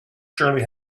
surely